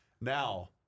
Now